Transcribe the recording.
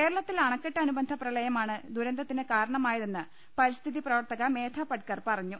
കേരളത്തിൽ അണക്കെട്ട് അനുബന്ധ പ്രളയമാണ് ദുരന്തത്തിന് കാരണമായതെന്ന് പരിസ്ഥിതി പ്രവർത്തക മേധാപട്കർ പറഞ്ഞു